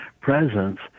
presence